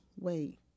wait